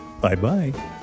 Bye-bye